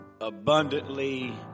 abundantly